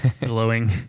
glowing